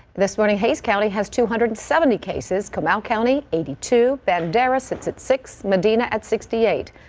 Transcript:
this morning hays county has two hundred and seventy cases come out county eighty two bandera sits at six and and at sixty eight.